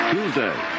Tuesday